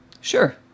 Sure